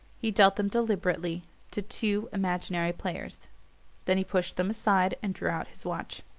he dealt them deliberately to two imaginary players then he pushed them aside and drew out his watch.